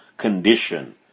condition